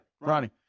Ronnie